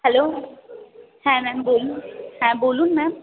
hello হ্যাঁ ma'am বলুন হ্যাঁ বলুন ম্যাম